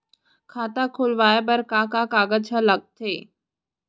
खाता खोलवाये बर का का कागज ल लगथे?